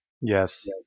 Yes